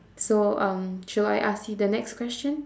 so um shall I ask you the next question